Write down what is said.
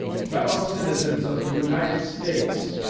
fellow-citizens of the united states